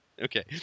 okay